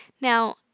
Now